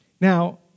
Now